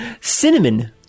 Cinnamon